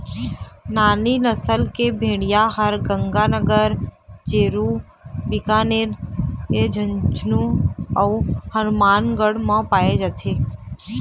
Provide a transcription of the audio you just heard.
नाली नसल के भेड़िया ह गंगानगर, चूरू, बीकानेर, झुंझनू अउ हनुमानगढ़ म पाए जाथे